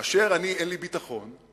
כאשר אין לי ביטחון,